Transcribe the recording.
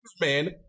man